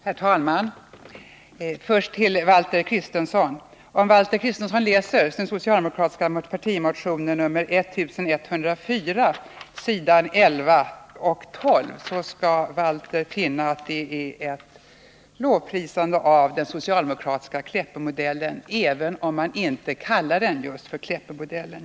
Herr talman! Om Valter Kristenson läser den socialdemokratiska partimotionen 1104 s. 11 och 12 skall han finna ett lovprisande av Kleppemodellen, även om man inte där kallar den så.